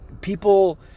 people